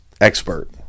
expert